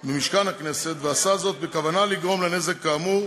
ממשכן הכנסת, ועשה זאת בכוונה לגרום לו נזק כאמור,